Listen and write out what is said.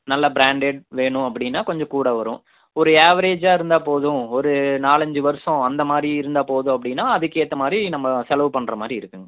நல்ல பிராண்ட்டட் வேணும் அப்படின்னா கொஞ்சம் கூட வரும் ஒரு ஆவரேஜ்ஜாக இருந்தா போதும் ஒரு நாலஞ்சு வருஷம் அந்த மாதிரி இருந்தால் போதும் அப்படின்னா அதுக்கேற்ற மாதிரி நம்ம செலவு பண்ணுற மாதிரி இருக்கும்ங்க